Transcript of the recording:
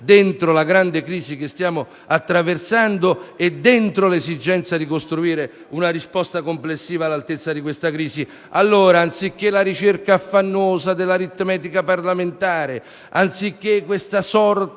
della grande crisi che stiamo attraversando e dell'esigenza di costruire una risposta complessiva all'altezza di tale crisi. Allora, anziché la ricerca affannosa dell'aritmetica parlamentare, anziché questa sorta